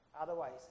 Otherwise